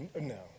no